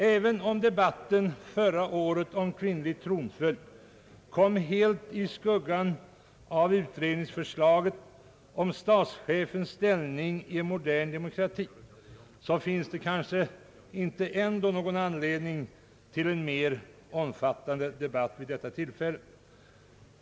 Även om debatten om kvinnlig tronföljd förra året kom helt i skuggan av utredningsförslaget om = statschefens ställning i en modern demokrati, finns det ändå kanske inte någon anledning till en mera omfattande debatt i år.